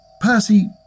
Percy